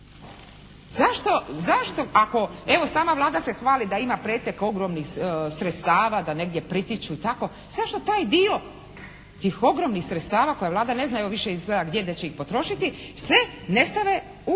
Zašto, zašto, ako evo sama Vlada se hvali da ima pretek ogromnih sredstava, da negdje pritiču i tako. Zašto taj dio tih ogromnih sredstava koje Vlada ne zna evo više izgleda gdje da će ih potrošiti sve ne stave u